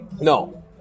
No